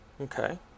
Okay